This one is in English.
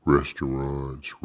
Restaurants